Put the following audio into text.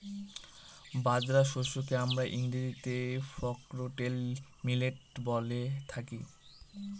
বাজরা শস্যকে আমরা ইংরেজিতে ফক্সটেল মিলেট বলে থাকি